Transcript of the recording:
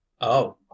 Oh